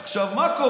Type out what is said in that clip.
עכשיו, מה קורה?